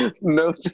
No